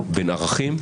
הכללים.